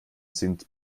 sind